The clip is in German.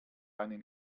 einen